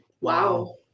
Wow